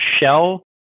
shell